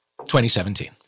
2017